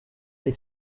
they